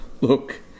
Look